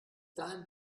dahin